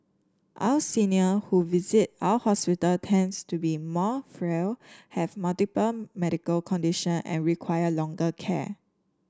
our senior who visit our hospital tends to be more frail have multiple medical condition and require longer care